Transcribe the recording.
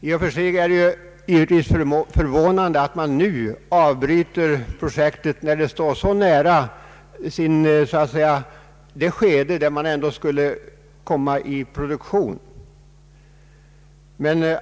I och för sig är det givetvis förvånande att man nu avbryter projektet, när det står så nära det skede där man skulle starta produktion och se resultatet av ansträngningarna och det enorma kapitalet.